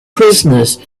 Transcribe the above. prisoners